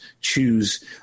choose